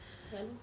ya lor